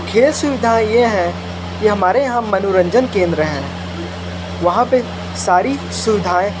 खेल सुविधा ये है कि हमारे यहाँ मनोरंजन केन्द्र है वहाँ पे सारी सुविधाएँ